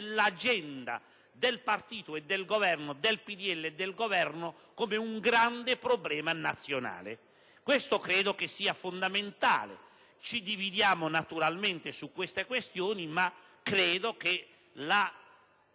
debba trovare posto nell'agenda del PdL e del Governo come un grande problema nazionale. Questo credo sia fondamentale. Ci dividiamo naturalmente su tali questioni ma credo che la